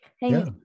Hey